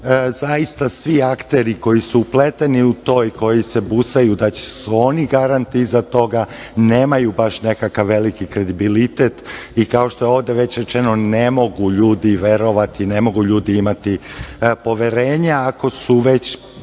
zaista svi akteri koji su upleteni u to i koji se busaju da su oni garanti iza toga nemaju baš nekakav veliki kredibilitet, i kao što je ovde već rečeno, ne mogu ljudi verovati, ne mogu ljudi imati poverenja, ako su već